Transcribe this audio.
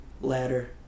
ladder